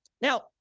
Now